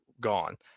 gone